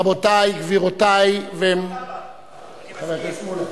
רבותי, גבירותי, חבר הכנסת מולה.